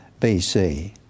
BC